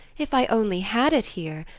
if i only had it here!